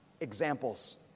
examples